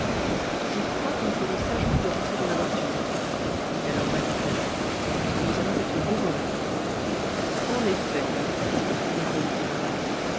je crois que nous ferons sagement de rentrer dans la voilure dit alors van mitten car nous allons être dévorés en effet répondit